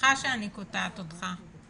סליחה שאני קוטעת אותך.